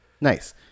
Nice